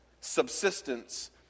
subsistence